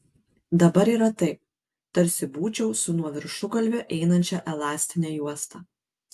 dabar yra taip tarsi būčiau su nuo viršugalvio einančia elastine juosta